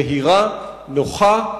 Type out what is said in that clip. מהירה ונוחה.